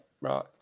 right